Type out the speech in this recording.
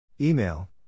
Email